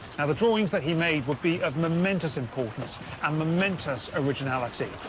now, the drawings that he made would be of momentous importance and momentous originality,